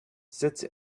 sits